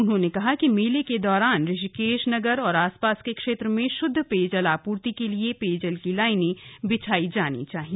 उन्होंने कहा कि मेले के दौरान ऋषिकेश नगर और आस पास के क्षेत्र में श्द्ध पेयजल आपूर्ति के लिए पेयजल की लाइनें बिछाई जानी चाहिए